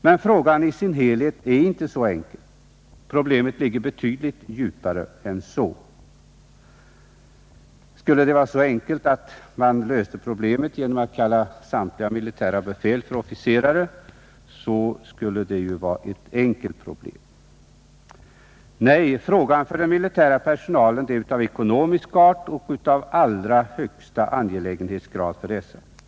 Men frågan i sin helhet är inte så enkel. Problemet ligger betydligt djupare än så. Kunde man lösa det genom att kalla samtliga militära befäl för officerare, skulle det ju vara en enkel sak. Nej, frågan är för den militära personalen av ekonomisk art och av allra högsta angelägenhetsgrad.